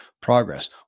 progress